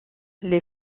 les